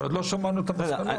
אבל לא שמענו את המסקנות.